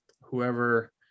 whoever